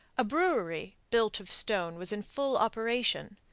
a brewery, built of stone, was in full operation.